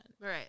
Right